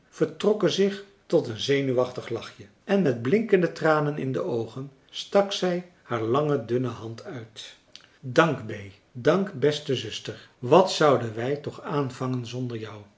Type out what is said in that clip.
vertrokken zich tot een zenuwachtig lachje en met blinkende tranen in de oogen stak zij haar lange dunne hand uit dank bee dank beste zuster wat zouden wij toch aanvangen zonder jou